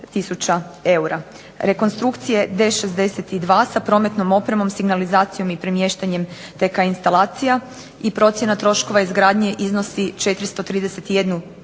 Rekonstrukcije D62 sa prometnom opremom, signalizacijom i premještanjem TK instalacija i procjena troškova izgradnje iznosi 431